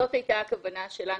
זאת הייתה הכוונה שלנו.